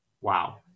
wow